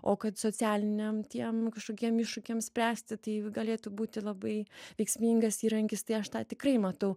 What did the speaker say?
o kad socialiniam tiem kažkokiem iššūkiam spręsti tai galėtų būti labai veiksmingas įrankis tai aš tą tikrai matau